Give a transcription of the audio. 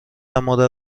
مادر